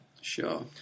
Sure